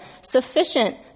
sufficient